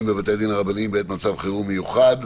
בבתי הדין הרבניים בעת מצב חירום מיוחד),